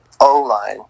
O-line